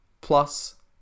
plus